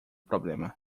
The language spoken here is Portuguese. problema